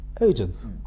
Agents